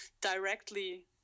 directly